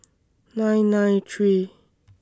nine nine three